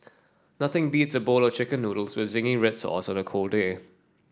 nothing beats a bowl of chicken noodles with zingy red sauce on a cold day